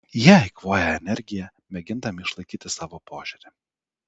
jie eikvoja energiją mėgindami išlaikyti savo požiūrį